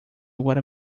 agora